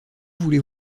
voulez